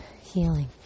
healing